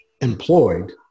employed